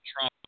Trump